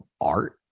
art